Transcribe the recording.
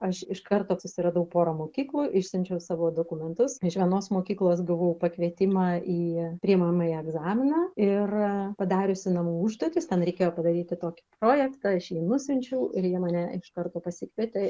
aš iš karto susiradau porą mokyklų išsiunčiau savo dokumentus iš vienos mokyklos gavau pakvietimą į priimamąjį egzaminą ir padariusi namų užduotis ten reikėjo padaryti tokį projektą aš jį nusiunčiau ir jie mane iš karto pasikvietė